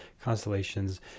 constellations